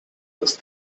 das